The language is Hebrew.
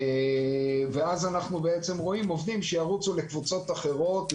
אנחנו רואים עובדים שירוצו לקבוצות אחרות,